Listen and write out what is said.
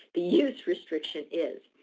the use restriction is,